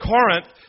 Corinth